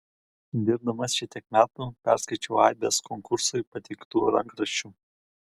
dirbdamas šitiek metų perskaičiau aibes konkursui pateiktų rankraščių